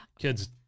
Kids